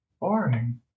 Boring